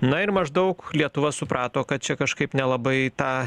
na ir maždaug lietuva suprato kad čia kažkaip nelabai tą